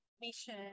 Mission